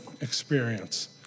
experience